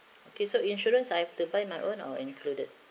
okay so insurance I have to buy my own or included